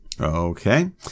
Okay